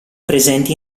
presenti